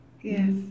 Yes